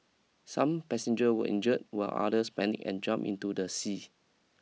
some passenger were injured while others panic and jump into the sea